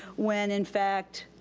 when in fact,